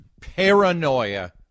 paranoia